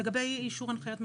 לגבי אישור הנחיות מרחביות.